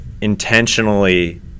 intentionally